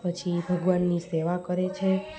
પછી ભગવાનની સેવા કરે છે